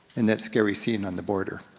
and that scary scene on the border.